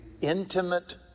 intimate